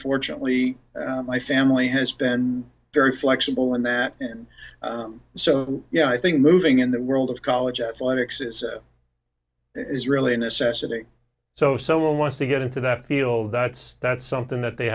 fortunately my family has been very flexible in that and so yeah i think moving in the world of college athletics is really a necessity so if someone wants to get into that field that's that's something that they